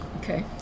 Okay